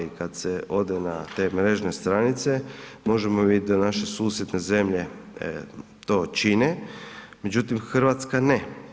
I kada se ode na te mrežne stranice možemo vidjeti da naše susjedne zemlje to čine, međutim Hrvatska ne.